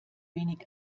wenig